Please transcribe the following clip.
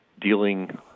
dealing